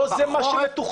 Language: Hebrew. לא זה מה שמתוכנן.